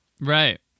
Right